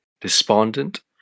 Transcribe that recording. despondent